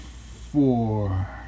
four